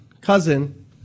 cousin